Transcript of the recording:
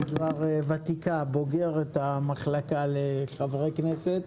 היא כבר ותיקה, בוגרת המחלקה לחברי כנסת.